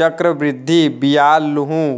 चक्रबृद्धि बियाल लुहूं